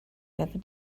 never